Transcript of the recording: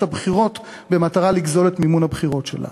הבחירות במטרה לגזול את מימון הבחירות שלה,